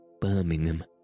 Birmingham